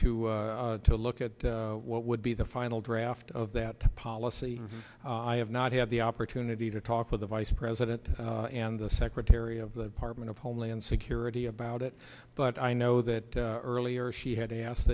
to to look at what would be the final draft of that policy i have not had the opportunity to talk with the vice president and the secretary of the apartment of homeland security about it but i know that earlier she had asked